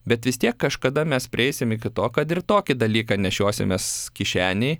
bet vis tiek kažkada mes prieisim iki to kad ir tokį dalyką nešiosimės kišenėj